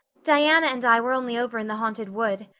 diana and i were only over in the haunted wood.